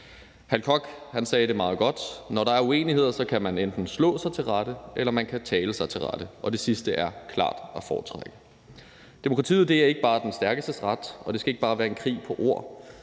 Hal Koch sagde det meget godt: Når der er uenigheder, kan man enten slås sig til rette, eller man kan tale sig til rette. Det sidste er klart at foretrække. Demokratiet er ikke bare den stærkestes ret, og det skal ikke bare være en krig på ord.